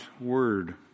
Word